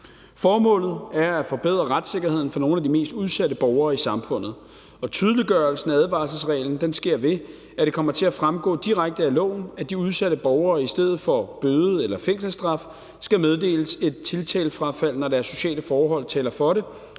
Formålet er at forbedre retssikkerheden for nogle af de mest udsatte borgere i samfundet, og tydeliggørelsen af advarselsreglen sker, ved at det kommer til at fremgå direkte af loven, at de udsatte borgere i stedet for bøde- eller fængselsstraf skal meddeles et tiltalefrafald, når deres sociale forhold taler for det